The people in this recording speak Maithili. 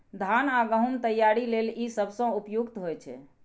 धान आ गहूम तैयारी लेल ई सबसं उपयुक्त होइ छै